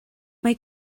mae